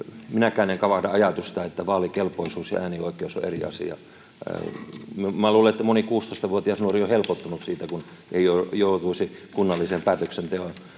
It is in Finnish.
Minäkään en kavahda ajatusta, että vaalikelpoisuus ja äänioikeus ovat eri asia. Minä luulen, että moni 16-vuotias nuori on helpottunut siitä, kun ei joutuisi kunnallisen päätöksenteon